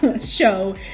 show